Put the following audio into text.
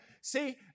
See